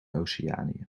oceanië